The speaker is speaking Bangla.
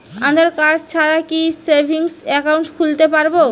আধারকার্ড ছাড়া কি সেভিংস একাউন্ট খুলতে পারব?